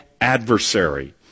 adversary